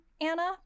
Anna